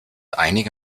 einige